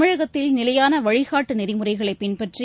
தமிழகத்தில் நிலையானவழிகாட்டுநெறிமுறைகளைபின்பற்றி